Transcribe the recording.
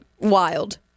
wild